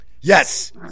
Yes